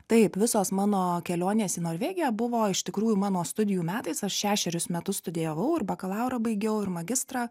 taip visos mano kelionės į norvegiją buvo iš tikrųjų mano studijų metais aš šešerius metus studijavau ir bakalaurą baigiau ir magistrą